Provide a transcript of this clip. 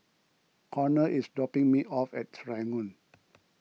Conner is dropping me off at Serangoon